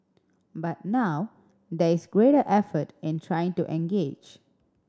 but now there is greater effort in trying to engage